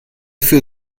für